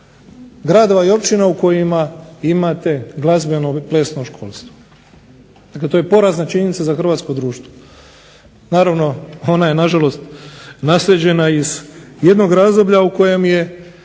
gradova i općina u kojima imate glazbenu ili plesno školstvo. To je porazna činjenica za Hrvatsko društvo. Naravno, ona je naslijeđena iz jednog razdoblja u kojem je